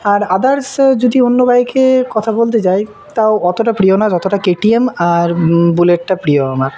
আর others যদি অন্য বাইকের কথা বলতে যাই তাও অতটা প্রিয় না যতটা কে টি এম আর বুলেটটা প্রিয় আমার